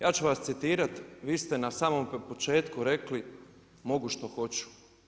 Ja ću vas citirati, vi ste na samom početku rekli, mogu što hoću.